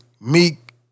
Meek